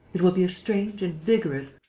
it will be a strange and vigorous,